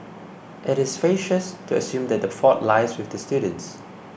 it is facetious to assume that the fault lies with the students